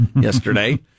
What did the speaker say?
yesterday